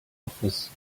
office